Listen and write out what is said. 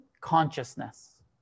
consciousness